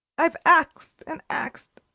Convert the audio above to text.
i've axed and axed.